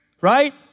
right